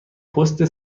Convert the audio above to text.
پست